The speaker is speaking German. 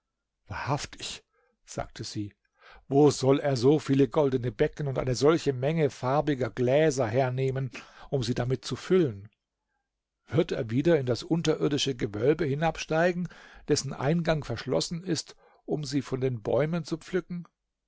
wahrhaftig sagte sie wo soll er so viele goldene becken und eine solche menge farbiger gläser hernehmen um sie damit zu füllen wird er wieder in das unterirdische gewölbe hinabsteigen dessen eingang verschlossen ist um sie von den bäumen zu pflücken